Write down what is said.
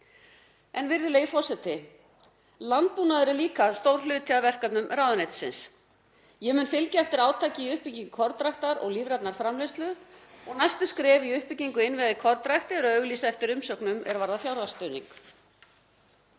Virðulegi forseti. Landbúnaður er líka stór hluti af verkefnum ráðuneytisins. Ég mun fylgja eftir átaki í uppbyggingu kornræktar og lífrænnar framleiðslu og næstu skref í uppbyggingu innviða í kornrækt er að auglýsa eftir umsóknum er varða fjárhagsstuðning.